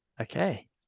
okay